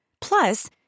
Plus